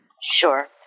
Sure